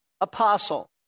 apostle